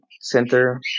center